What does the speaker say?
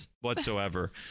whatsoever